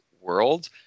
world